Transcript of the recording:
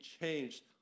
changed